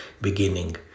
beginning